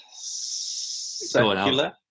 secular